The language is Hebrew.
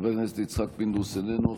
חבר הכנסת יצחק פינדרוס, איננו.